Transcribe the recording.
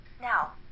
Now